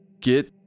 get